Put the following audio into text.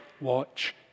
Watch